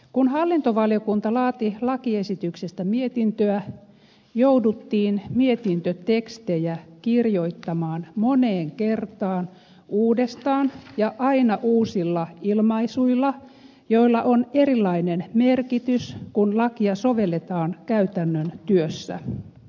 kun hallintovaliokunta laati lakiesityksestä mietintöä jouduttiin mietintötekstejä kirjoittamaan moneen kertaan uudestaan ja aina uusilla ilmaisuilla joilla on erilainen merkitys kun lakia sovelletaan käytännön työssä